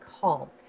call